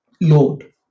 Lord